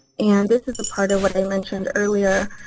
and this is the part of what i mentioned earlier.